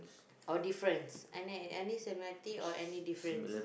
or difference any any similarity or any difference